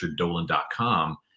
richarddolan.com